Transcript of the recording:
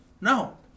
No